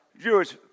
Jewish